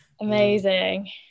Amazing